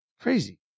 Crazy